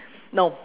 no